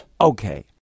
Okay